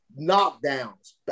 knockdowns